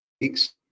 weeks